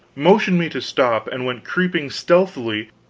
motioned me to stop, and went creeping stealthily,